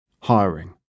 Hiring